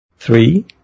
Three